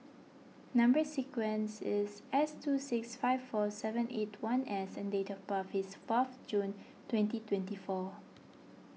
Number Sequence is S two six five four seven eight one S and date of birth is fourth June twenty twenty four